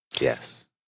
Yes